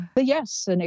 yes